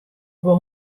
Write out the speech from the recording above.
wol